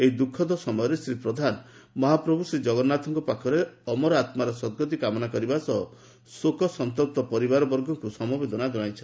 ଏହି ଦୁଃଖଦ ସମୟରେ ଶ୍ରୀ ପ୍ରଧାନ ମହାପ୍ରଭୁ ଶ୍ରୀଜଗନ୍ନାଥଙ୍କ ପାଖରେ ଅମର ଆତ୍ମାର ସଦ୍ଗତି କାମନା କରିବା ସହ ଶୋକସନ୍ତପ୍ତ ପରିବାରବର୍ଗଙ୍କୁ ସମବେଦନା ଜଣାଇଛନ୍ତି